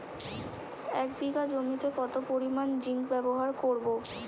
এক বিঘা জমিতে কত পরিমান জিংক ব্যবহার করব?